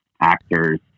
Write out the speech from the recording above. actors